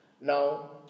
Now